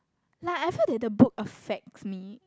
like I feel that the book affects me